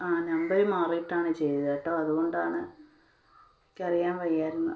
ആ നമ്പര് മാറിയിട്ടാണ് ചെയ്തത് കേട്ടോ അതുകൊണ്ടാണ് എനിക്കറിയാൻ വയ്യായിരുന്നു